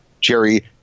Jerry